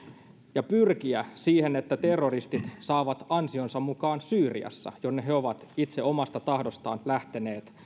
ja pyrkiä siihen että terroristit saavat ansionsa mukaan syyriassa jonne he ovat itse omasta tahdostaan lähteneet